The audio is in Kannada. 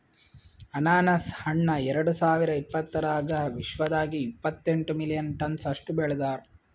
ಅನಾನಸ್ ಹಣ್ಣ ಎರಡು ಸಾವಿರ ಇಪ್ಪತ್ತರಾಗ ವಿಶ್ವದಾಗೆ ಇಪ್ಪತ್ತೆಂಟು ಮಿಲಿಯನ್ ಟನ್ಸ್ ಅಷ್ಟು ಬೆಳದಾರ್